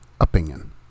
opinion